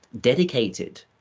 dedicated